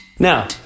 Now